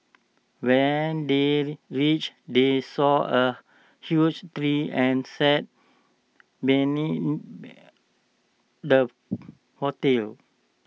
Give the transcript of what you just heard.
when they reached they saw A huge tree and sat the